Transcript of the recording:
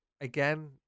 again